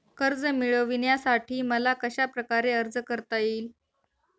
कर्ज मिळविण्यासाठी मला कशाप्रकारे अर्ज करता येईल?